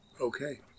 okay